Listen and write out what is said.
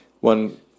One